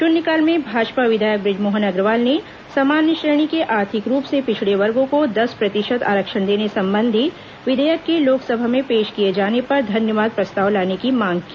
शून्यकाल में भाजपा विधायक बृजमोहन अग्रवाल ने सामान्य श्रेणी के आर्थिक रूप से पिछड़े वर्गों को दस प्रतिशत आरक्षण देने संबंधी विधेयक के लोकसभा में पेश किए जाने पर धन्यवाद प्रस्ताव लाने की मांग की